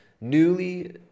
newly